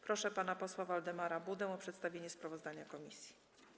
Proszę pana posła Waldemara Budę o przedstawienie sprawozdania komisji.